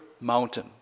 mountain